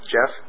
Jeff